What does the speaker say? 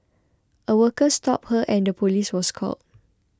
a worker stopped her and the police was called